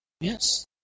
Yes